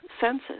senses